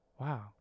Wow